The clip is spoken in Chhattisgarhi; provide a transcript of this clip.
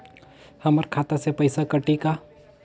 हमर खाता से पइसा कठी का?